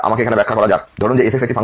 সুতরাং আমাকে শুধু এখানে ব্যাখ্যা করা যাক